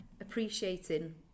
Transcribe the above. appreciating